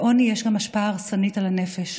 לעוני יש גם השפעה הרסנית על הנפש,